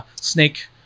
Snake